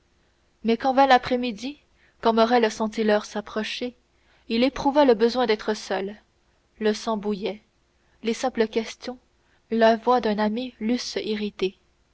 mais quand vint l'après-midi quand morrel sentit l'heure s'approcher il éprouva le besoin d'être seul son sang bouillait les simples questions la seule voix d'un ami l'eussent irrité